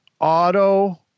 Auto